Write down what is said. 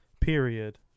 Period